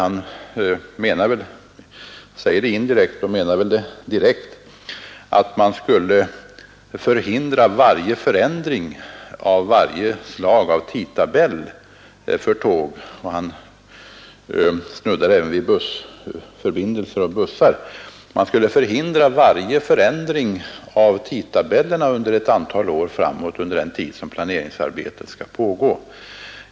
Han säger det indirekt och menar det väl direkt att man skulle förhindra varje förändring av varje slag av tidtabell för tåg — och han snuddade även vid tidtabell för bussar — under den tid planeringsarbetet skall pågå.